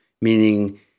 Meaning